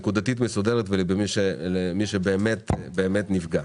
נקודתית למי שבאמת נפגע.